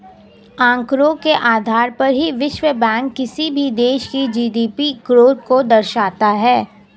आंकड़ों के आधार पर ही विश्व बैंक किसी भी देश की जी.डी.पी ग्रोथ को दर्शाता है